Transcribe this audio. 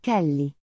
Kelly